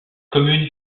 commune